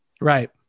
Right